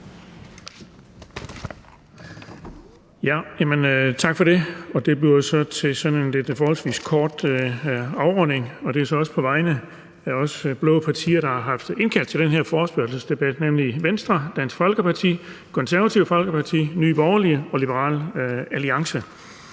og det er så også på vegne af de blå partier, som har indkaldt til den her forespørgselsdebat, nemlig Venstre, Dansk Folkeparti, Det Konservative Folkeparti, Nye Borgerlige og Liberal Alliance.